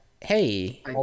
hey